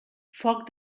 foc